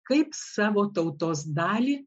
kaip savo tautos dalį